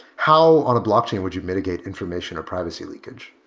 how on a blockchain would you mitigate information or privacy leakage?